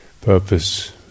purpose